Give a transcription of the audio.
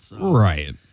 Right